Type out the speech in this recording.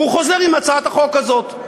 והוא חוזר עם הצעת החוק הזאת.